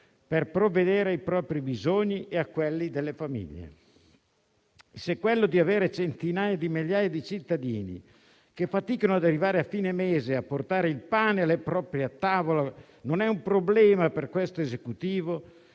per provvedere ai propri bisogni e a quelli delle famiglie. Se avere centinaia di migliaia di cittadini che faticano ad arrivare a fine mese e a portare il pane a tavola non è un problema per questo Esecutivo,